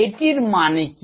এটির মানে কি